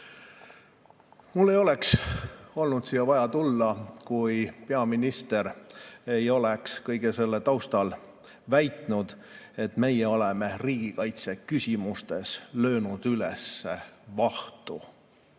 Mul ei oleks olnud siia vaja tulla, kui peaminister ei oleks kõige selle taustal väitnud, et meie oleme riigikaitseküsimustes vahtu üles löönud.